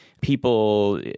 people